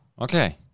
okay